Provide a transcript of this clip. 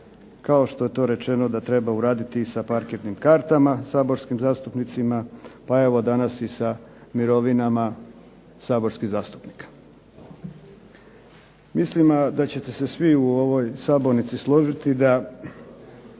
kao što je to rečeno da treba uraditi i sa parkirnim kartama saborskim zastupnicima, pa evo danas i sa mirovinama saborskih zastupnika. Mislim da ćete se svi u ovoj sabornici složiti da